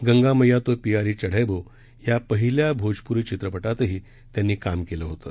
गंगा मैया तो पियारी चढैबो या पहिल्या भोजप्री चित्रपटातही त्यांनी काम केलं होतं